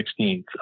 16th